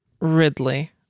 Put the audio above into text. Ridley